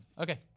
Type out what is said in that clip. Okay